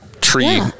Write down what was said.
tree